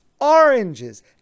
oranges